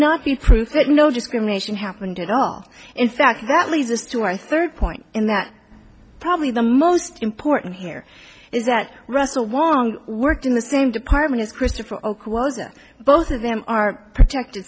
not be proof that no discrimination happened at all in fact that leads us to our third point in that probably the most important here is that russell long worked in the same department is christopher oke was or both of them are protected